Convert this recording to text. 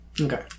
Okay